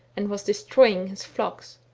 and was destroying his flocks.